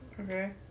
Okay